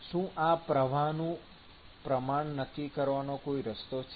શું આ પ્રવાહનું પ્રમાણ નક્કી કરવાનો કોઈ રસ્તો છે